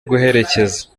guherekeza